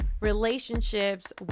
Relationships